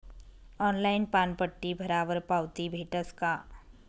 Online पानपट्टी भरावर पावती भेटस का?